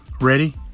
Ready